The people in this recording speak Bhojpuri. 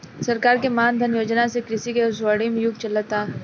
सरकार के मान धन योजना से कृषि के स्वर्णिम युग चलता